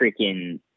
freaking